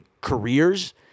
careers